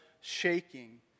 shaking